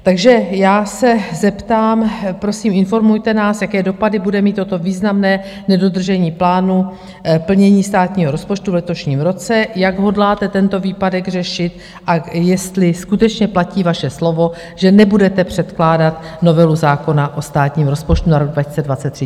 Takže já se zeptám, prosím, informujte nás, jaké dopady bude mít toto významné nedodržení plánu plnění státního rozpočtu v letošním roce, jak hodláte tento výpadek řešit a jestli skutečně platí vaše slovo, že nebudete předkládat novelu zákona o státním rozpočtu na rok 2023.